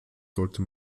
sollte